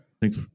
Thanks